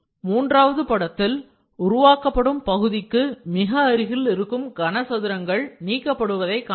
மூன்றாவது படத்தில் உருவாக்கப்படும் பகுதிக்கு மிக அருகில் இருக்கும் கன சதுரங்கள் நீக்கப்படுவதை காணலாம்